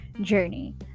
Journey